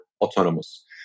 autonomous